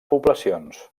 poblacions